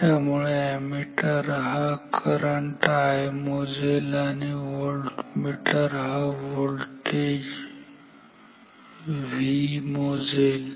त्यामुळे हा अॅमीटर हा करंट I मोजेल आणि हा व्होल्टमीटर हा व्होल्टेज मोजेल त्याला V म्हणूया ठीक आहे